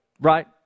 Right